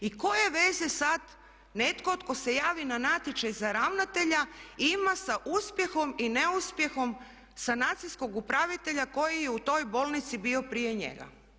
I koje veze sad netko tko se javi na natječaj za ravnatelja ima sa uspjehom i neuspjehom sanacijskog upravitelja koji je u toj bolnici bio prije njega.